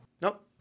Nope